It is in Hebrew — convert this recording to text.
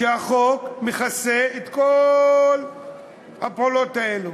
שהחוק מכסה את כל הפעולות האלו.